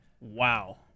Wow